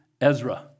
Ezra